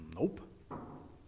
Nope